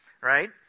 right